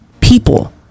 people